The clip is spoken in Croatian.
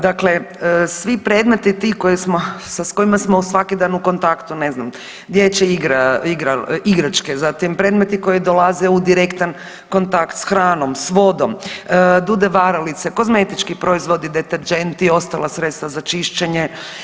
Dakle, svi predmeti ti sa kojima smo svaki dan u kontaktu ne znam dječje igračke, zatim predmeti koji dolaze u direktan kontakt s hranom, s vodom, dude varalice, kozmetički proizvodi, deterdženti i ostala sredstva za čišćenje.